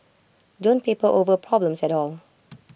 don't paper over problems at all